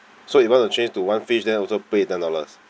so if I want to change to one fish then also pay ten dollars